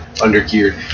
under-geared